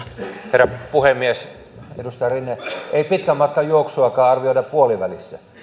herra puhemies edustaja rinne ei pitkän matkan juoksuakaan arvioida puolivälissä